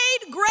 Great